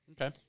Okay